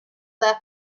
left